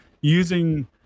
using